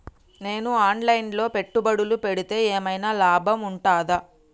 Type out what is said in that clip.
నేను online లో పెట్టుబడులు పెడితే ఏమైనా లాభం ఉంటదా?